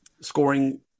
scoring